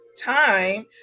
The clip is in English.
time